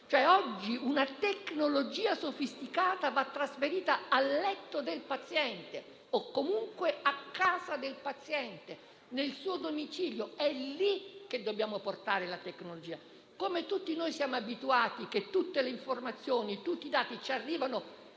Oggi una tecnologia sofisticata va trasferita al letto del paziente o comunque a casa del paziente, nel suo domicilio. È lì che dobbiamo portare la tecnologia. Tutti noi siamo abituati a ricevere informazioni e dati sul